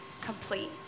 complete